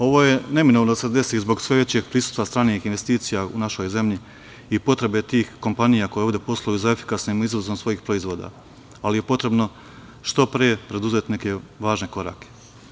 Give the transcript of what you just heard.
Ovo je neminovno da se desi zbog sve većeg prisustva stranih investicija u našoj zemlji i potrebe tih kompanija koje ovde posluju za efikasnim izazovom svojih proizvoda, ali je potrebno što pre preduzeti neke važne korake.